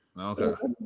Okay